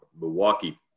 Milwaukee